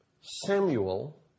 Samuel